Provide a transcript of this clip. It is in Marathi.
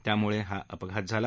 त्यामुळे हा अपघात झाला